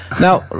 Now